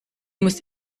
muss